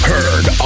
Heard